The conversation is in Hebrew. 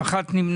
הצבעה אושר.